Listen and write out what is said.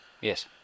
Yes